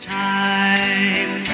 time